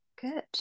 good